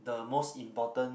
the most important